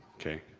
okay,